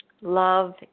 Love